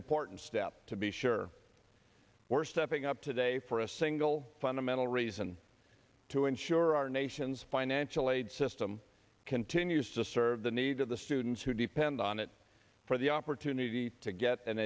important step to be sure we're stepping up today for a single fundamental reason to ensure our nation's financial aid system continues to serve the needs of the students who depend on it for the opportunity to get an